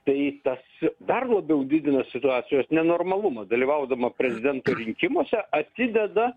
tai tas dar labiau didina situacijos nenormalumą dalyvaudama prezidento rinkimuose atideda